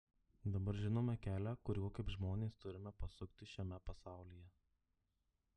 dabar žinome kelią kuriuo kaip žmonės turime pasukti šiame pasaulyje